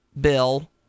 Bill